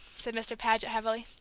said mr. paget, heavily.